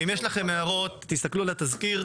אם יש לכם הערות תסתכלו על התזכיר,